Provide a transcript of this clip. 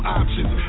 options